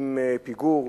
עם פיגור,